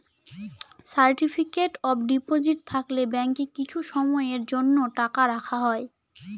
certificate of deposit থাকলে ব্যাঙ্কে কিছু সময়ের জন্য টাকা রাখা হয়